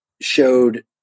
showed